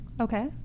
Okay